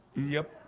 yep